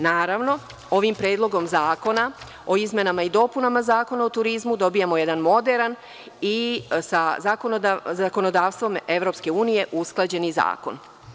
Naravno, ovim Predlogom zakona o izmenama i dopunama Zakona o turizmu, dobijamo jedan moderan i sa zakonodavstvom EU usklađeni zakon.